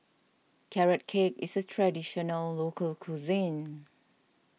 Carrot Cake is a Traditional Local Cuisine